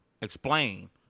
explain